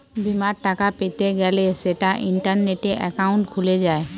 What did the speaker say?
বিমার টাকা পেতে গ্যলে সেটা ইন্টারনেটে একাউন্ট খুলে যায়